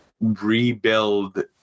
rebuild